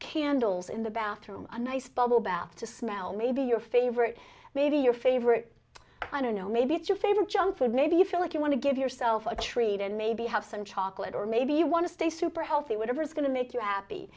candles in the bathroom a nice bubble bath to smell maybe your favorite maybe your favorite maybe it's your favorite junk food maybe you feel like you want to give yourself a treat and maybe have some chocolate or maybe you want to stay super healthy whatever is going to make you happy